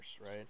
right